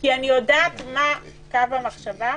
כי אני יודעת מה קו המחשבה,